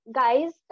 guys